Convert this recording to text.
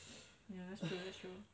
ya that's true that's true